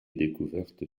découverte